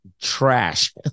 trash